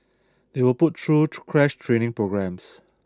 they were put through crash training programmes